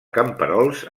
camperols